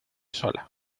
sola